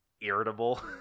irritable